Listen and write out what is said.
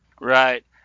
Right